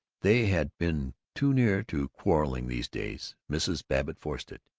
they had been too near to quarreling, these days. mrs. babbitt forced it